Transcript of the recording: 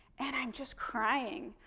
and i'm just crying.